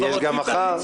יש גם מחר.